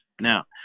Now